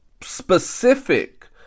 specific